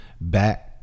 back